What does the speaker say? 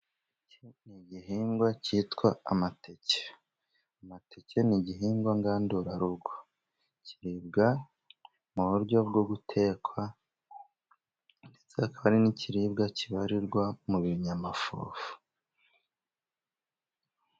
Iki ni igihingwa cyitwa amateke. Imateke ni igihingwa ngandurarugo. Kiribwa mu buryo bwo gutekwa, ndetse akaba ari n'ikiribwa kibarirwa mu binyamafufu.